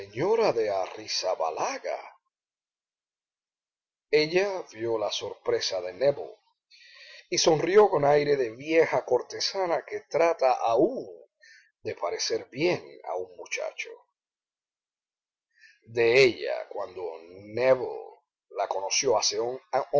señora de arrizabalaga ella vió la sorpresa de nébel y sonrió con aire de vieja cortesana que trata aún de parecer bien a un muchacho de ella cuando nébel la conoció once